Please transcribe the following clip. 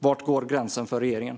Var går gränsen för regeringen?